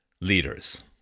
leaders